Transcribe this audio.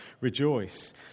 rejoice